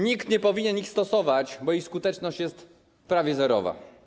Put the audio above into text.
Nikt nie powinien ich stosować, bo ich skuteczność jest prawie zerowa.